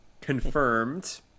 confirmed